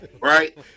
Right